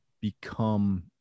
become